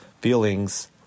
feelings